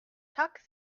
tuck